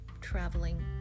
traveling